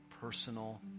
personal